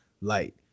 light